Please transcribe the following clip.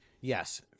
yes